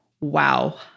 wow